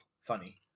funny